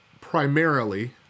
primarily